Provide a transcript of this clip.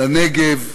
לנגב,